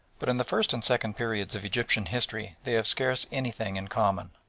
but in the first and second periods of egyptian history they have scarce anything in common,